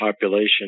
population